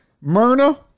Myrna